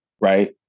right